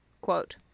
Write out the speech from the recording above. Quote